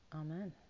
Amen